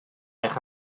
eich